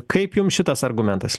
kaip jum šitas argumentas